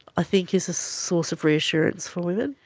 i think is a source of reassurance for women.